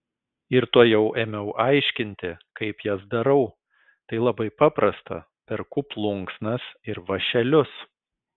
ir tuojau ėmiau aiškinti kaip jas darau tai labai paprasta perku plunksnas ir vąšelius